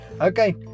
okay